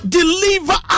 deliver